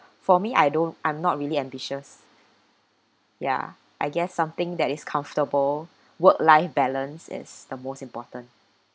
for me I don't I'm not really ambitious ya I guess something that is comfortable work life balance is the most important